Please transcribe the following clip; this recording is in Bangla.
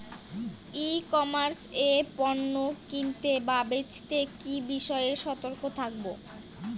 ই কমার্স এ পণ্য কিনতে বা বেচতে কি বিষয়ে সতর্ক থাকব?